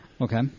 okay